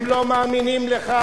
הם לא מאמינים לך,